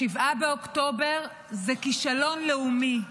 7 באוקטובר הוא כישלון לאומי,